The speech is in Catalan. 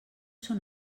són